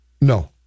No